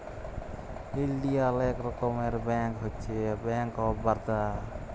ইলডিয়াল ইক রকমের ব্যাংক হছে ব্যাংক অফ বারদা